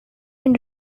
been